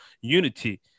unity